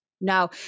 No